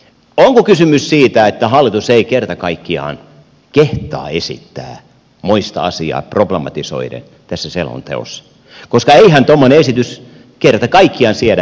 onko kysymys siitä että hallitus ei kerta kaikkiaan kehtaa esittää moista asiaa problematisoiden tässä selonteossa koska eihän tuommoinen esitys kerta kaikkiaan siedä päivänvaloa